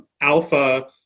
alpha